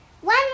one